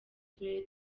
turere